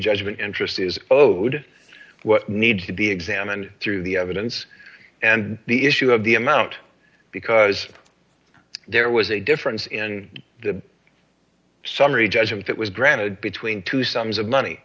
judgment interest is owed what needs to be examined through the evidence and the issue of the amount because there was a difference in the summary judgment that was granted between two sums of money